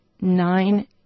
nine